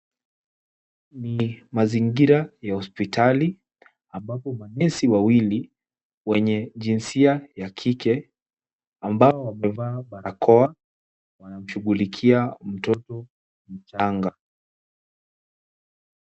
Ni mazingira ya hospitali ambapo manesi wawili wenye jinsia ya kike ambao wamevaa barakoa wanashughulikia mtoto mchanga.